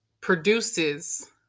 produces